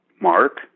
Mark